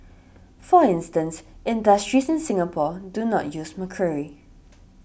for instance industries in Singapore do not use mercury